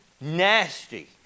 Nasty